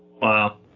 Wow